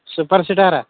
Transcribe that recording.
super سٹارا